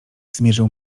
zmierzył